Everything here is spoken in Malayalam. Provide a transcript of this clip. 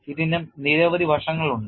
ഇതിനു നിരവധി വശങ്ങളുണ്ട്